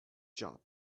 job